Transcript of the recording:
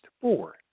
four